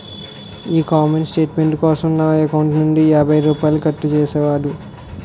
ఈ comment statement కోసం నా ఎకౌంటు నుంచి యాభై రూపాయలు కట్టు చేసేసాడు